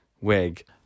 wig